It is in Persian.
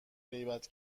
غیبت